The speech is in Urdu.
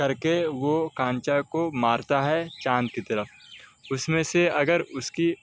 کر کے وہ کانچا کو مارتا ہے چاند کی طرف اس میں سے اگر اس کی